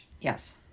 Yes